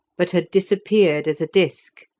but had disappeared as a disk.